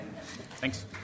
Thanks